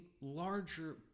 larger